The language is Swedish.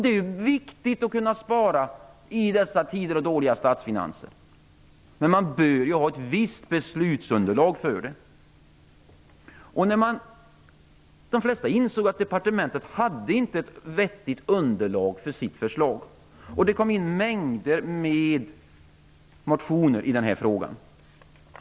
Det är viktigt att kunna spara i dessa tider med dåliga statsfinanser, men man bör ha ett visst beslutsunderlag. De flesta insåg att departementet inte hade något vettigt underlag för sitt förslag. Det kom in mängder med motioner i den här frågan.